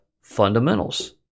fundamentals